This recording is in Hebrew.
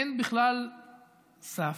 אין בכלל סף.